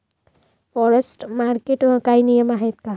Forex मार्केटचे काही नियम आहेत का?